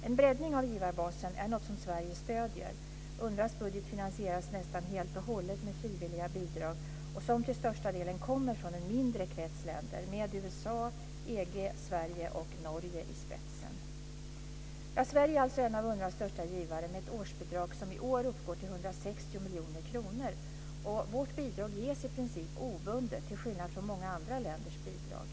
En breddning av givarbasen är något som Sverige stöder; UNRWA:s budget finansieras nästan helt och hållet med frivilliga bidrag, som till största delen kommer från en mindre krets länder med USA, EG, Sverige och Norge i spetsen. Sverige är alltså en av UNRWA:s största givare, med ett årsbidrag som i år uppgår till 160 miljoner kronor. Vårt bidrag ges i princip obundet, till skillnad från många andra länders bidrag.